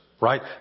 right